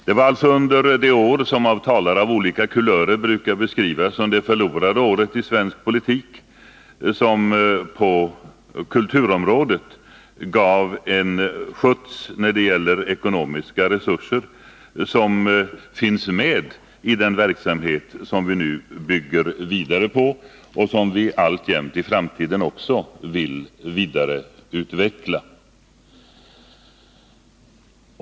Det var alltså under det år som av talare av olika kulörer brukar beskrivas som det förlorade året i svensk politik som kulturen fick en skjuts framåt i form av ökade ekonomiska resurser. Dessa finns med i den verksamhet som vi nu bygger vidare på och som vi i framtiden vill vidareutveckla.